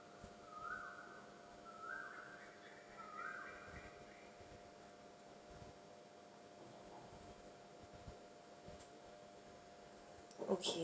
okay